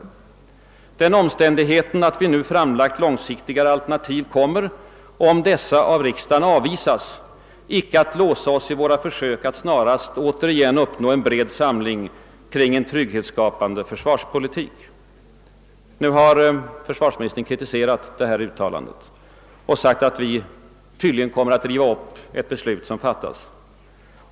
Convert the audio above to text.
Den omständigheten att vi nu framlagt långsiktigare alternativ kommer — om dessa av riksdagen avvisas — inte att låsa oss i våra försök att snarast återigen uppnå en bred samling kring en trygghetsskapande försvarspolitik.» Försvarsministern har kritiserat detta uttalande och sagt att vi tydligen kommer att »riva upp» ett beslut som fattats.